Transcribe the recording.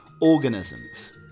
organisms